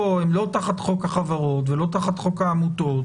הם לא תחת חוק החברות ולא תחת חוק העמותות.